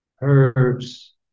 herbs